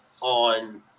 on